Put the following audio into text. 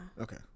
Okay